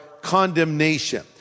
condemnation